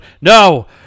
no